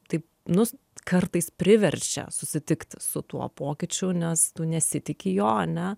taip nu kartais priverčia susitikti su tuo pokyčiu nes tu nesitiki jo ane